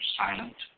silent